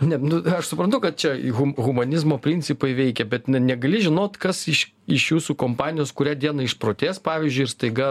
ne nu aš suprantu kad čia i hu humanizmo principai veikia bet negali žinot kas iš iš jūsų kompanijos kurią dieną išprotės pavyzdžiui ir staiga